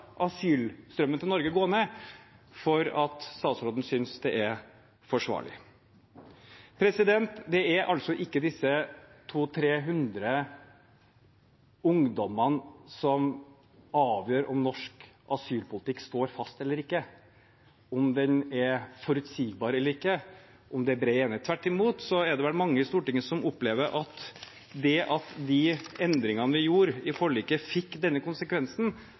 asylstrømmen til Norge gå ned for at statsråden synes det er forsvarlig? Det er ikke disse 200–300 ungdommene som avgjør om norsk asylpolitikk står fast eller ikke, om den er forutsigbar eller ikke, om det er bred enighet. Tvert imot er det vel mange i Stortinget som opplever at det at de endringene vi gjorde i forliket, fikk denne konsekvensen,